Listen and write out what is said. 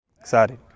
Excited